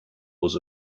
was